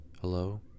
Hello